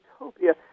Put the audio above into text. utopia